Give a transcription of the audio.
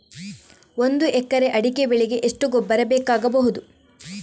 ಒಂದು ಎಕರೆ ಅಡಿಕೆ ಬೆಳೆಗೆ ಎಷ್ಟು ಗೊಬ್ಬರ ಬೇಕಾಗಬಹುದು?